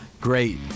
great